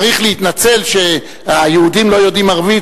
צריך להתנצל שהיהודים לא יודעים ערבית,